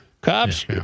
Cops